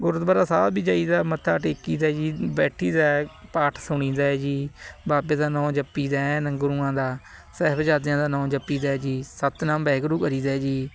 ਗੁਰਦੁਆਰਾ ਸਾਹਿਬ ਵੀ ਜਾਈਦਾ ਮੱਥਾ ਟੇਕੀਦਾ ਜੀ ਬੈਠੀਦਾ ਪਾਠ ਸੁਣੀਦਾ ਜੀ ਬਾਬੇ ਦਾ ਨੋਂ ਜਪੀ ਦਾ ਐਨ ਗਰੂਆਂ ਦਾ ਸਾਹਿਬਜ਼ਾਦਿਆਂ ਦਾ ਨੋਂ ਜਪੀਦਾ ਜੀ ਸਤਿਨਾਮ ਵਾਹਿਗੁਰੂ ਕਰੀਦਾ ਜੀ